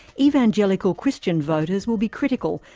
evangelical christian voters will be critical,